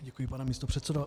Děkuji, pane místopředsedo.